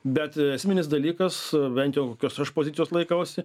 bet esminis dalykas bent jau kokios aš pozicijos laikausi